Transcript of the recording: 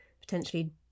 potentially